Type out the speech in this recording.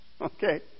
Okay